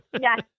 Yes